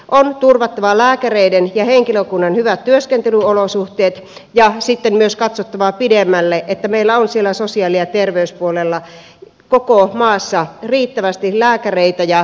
on turvattava lääkäreiden ja henkilökunnan hyvät työskentelyolosuhteet ja sitten myös katsottava pidemmälle että meillä on siellä sosiaali ja terveyspuolella koko maassa riittävästi lääkäreitä ja myös niitä käsipareja